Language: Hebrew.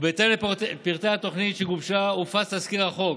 ובהתאם לפרטי התוכנית שגובשה הופץ תזכיר החוק.